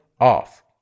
off